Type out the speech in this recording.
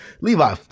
levi